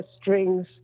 strings